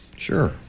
Sure